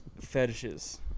Fetishes